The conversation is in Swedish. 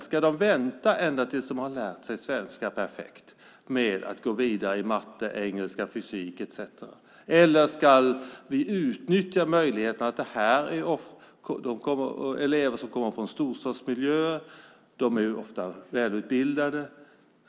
Ska de vänta med att gå vidare i matte, engelska, fysik etcetera tills de har lärt sig svenska perfekt eller ska vi utnyttja möjligheten att det är elever som kommer från storstadsmiljöer och ofta är välutbildade?